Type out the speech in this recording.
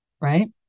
right